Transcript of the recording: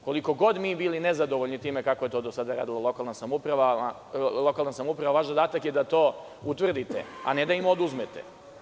Koliko god mi bili nezadovoljni time kako je to do sad radila lokalna samouprava, vaš zadatak je da to utvrdite, a ne da im oduzmete.